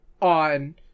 on